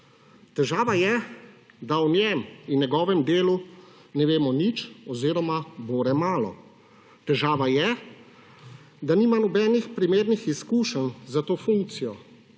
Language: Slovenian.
Težava je, da o njem in njegovem delu ne vemo nič oziroma bore malo. Težava je, da nima nobenih primernih izkušenj za to funkcijo.